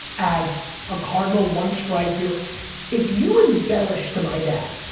as a cardinal one strike you're if you embellish to my dad,